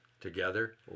together